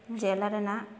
ᱡᱮᱞᱟ ᱨᱮᱱᱟᱜ